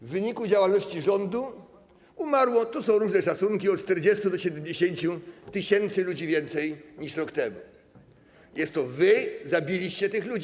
W wyniku działalności rządu umarło - tu są różne szacunki - od 40 do 70 tys. ludzi więcej niż rok temu, więc to wy zabiliście tych ludzi.